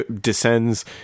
descends